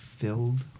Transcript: filled